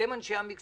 אתם אנשי המקצוע.